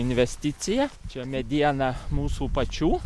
investicija čia mediena mūsų pačių